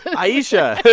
and ayesha.